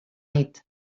nit